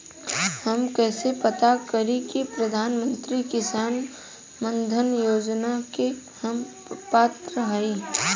हम कइसे पता करी कि प्रधान मंत्री किसान मानधन योजना के हम पात्र हई?